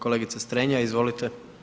Kolegica Strenja izvolite.